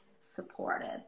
supported